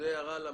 זה הערה למשרד,